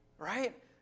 Right